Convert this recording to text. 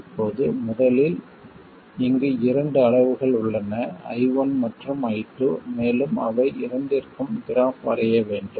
இப்போது முதலில் இங்கு இரண்டு அளவுகள் உள்ளன I1 மற்றும் I2 மேலும் அவை இரண்டிற்கும் கிராஃப் வரைய வேண்டும்